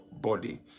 body